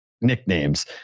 nicknames